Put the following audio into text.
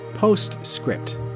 Post-script